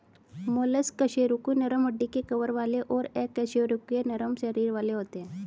mollusc कशेरुकी नरम हड्डी के कवर वाले और अकशेरुकी नरम शरीर वाले होते हैं